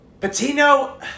Patino